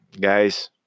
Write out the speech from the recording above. guys